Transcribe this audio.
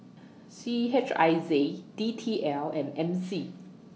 C H I Z D T L and M C